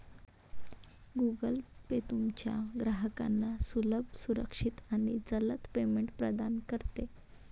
Google Pay तुमच्या ग्राहकांना सुलभ, सुरक्षित आणि जलद पेमेंट प्रदान करते